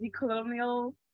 decolonial